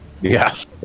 Yes